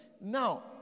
Now